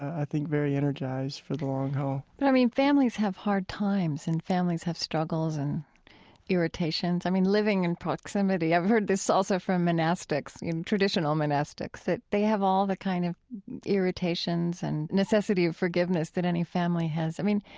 i think, very energized for the long haul but i mean, families have hard times and families have struggles and irritations. i mean living in proximity, i've heard this also from monastics, traditional monastics, that they have all the kind of irritations and necessity of forgiveness that any family has. i mean,